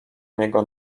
niego